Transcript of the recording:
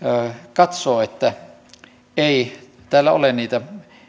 katsoo että tällä ei ole niitä